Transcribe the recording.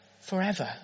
forever